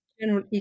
general